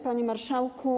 Panie Marszałku!